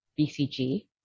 BCG